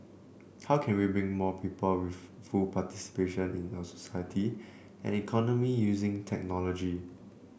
how can we bring more people with full participation in our society and economy using technology